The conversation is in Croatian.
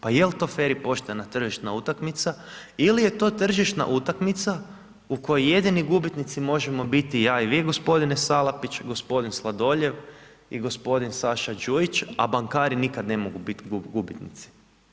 Pa jel to fer i poštena tržišna utakmica ili je to tržišna utakmica u kojoj jedini gubitnici možemo biti ja i vi gospodine Salapić, gospodin Sladoljev i gospodin Saša Đujić, a bankari nikada ne mogu biti gubitnici.